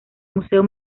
museo